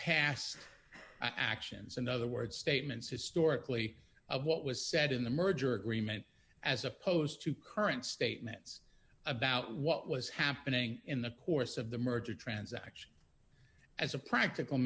past actions in other words statements historically of what was said in the merger agreement as opposed to current statements about what was happening in the course of the merger transaction as a practical